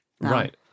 Right